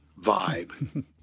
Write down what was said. vibe